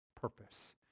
purpose